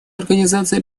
организации